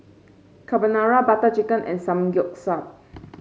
Carbonara Butter Chicken and Samgeyopsal